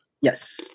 yes